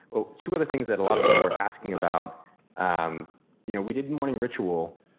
but two other things that a lot of people were asking about um you know we did morning ritual,